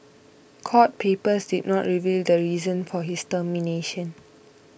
court papers did not reveal the reason for his termination